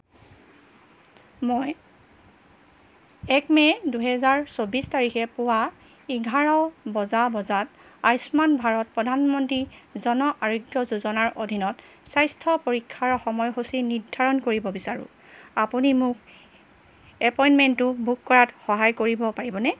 মই এক মে দুহেজাৰ চৌবিছ তাৰিখে পুৱা এঘাৰ বজা বজাত আয়ুষ্মান ভাৰত প্ৰধানমন্ত্ৰী জন আৰোগ্য যোজনাৰ অধীনত স্বাস্থ্য পৰীক্ষাৰ সময়সূচী নিৰ্ধাৰণ কৰিব বিচাৰোঁ আপুনি মোক এপইণ্টমেণ্টটো বুক কৰাত সহায় কৰিব পাৰিবনে